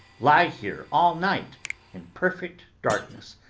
lie here all night in perfect darkness,